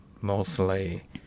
mostly